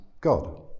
God